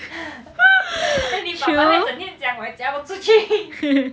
eh 你爸爸还整天讲我要给他们出去